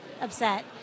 upset